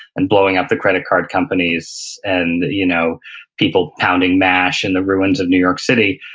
and blowing up the credit card companies and you know people pounding mash in the ruins of new york city.